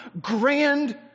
grand